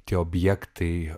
tie objektai